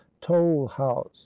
toll-house